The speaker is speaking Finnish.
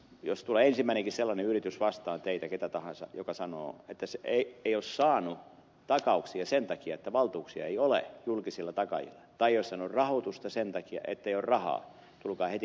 jos teitä ketä tahansa vastaan tulee ensimmäinenkin sellainen yritys joka sanoo että ei ole saanut takauksia sen takia että valtuuksia ei ole julkisilla takaajilla tai ei ole saanut rahoitusta sen takia ettei ole rahaa tulkaa heti kertomaan